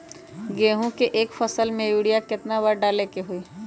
गेंहू के एक फसल में यूरिया केतना बार डाले के होई?